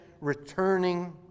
returning